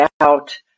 out